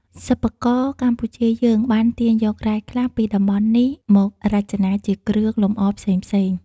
សិប្បករកម្ពុជាយើង បានទាញយករ៉ែខ្លះ ពីតំបន់នេះ មករចនាជាគ្រឿងលំអផ្សេងៗ។